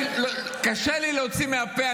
קשה לי להוציא מהפה,